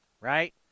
right